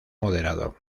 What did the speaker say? moderado